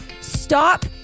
Stop